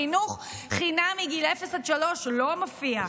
חינוך חינם מגיל אפס עד שלוש לא מופיע.